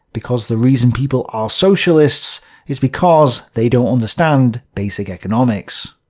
because the reason people are socialists is because they don't understand basic economics.